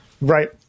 Right